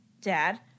dad